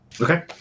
Okay